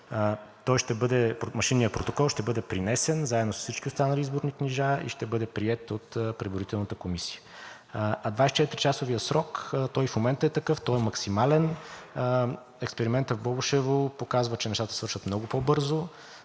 да бъде. Машинният протокол ще бъде пренесен заедно с всички останали изборни книжа и ще бъде приет от преброителната комисия. А 24-часовият срок и в момента е такъв, той е максимален. Експериментът в Бобошево показва, че нещата свършват много по-бързо,